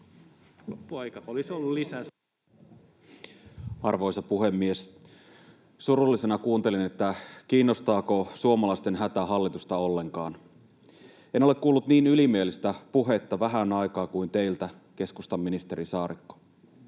Arvoisa puhemies! Surullisena kuuntelin, kiinnostaako suomalaisten hätä hallitusta ollenkaan. En ole kuullut niin ylimielistä puhetta vähään aikaan kuin teiltä, keskustan ministeri Saarikko.